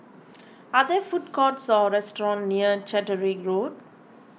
are there food courts or restaurants near Catterick Road